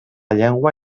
llengua